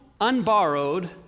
unborrowed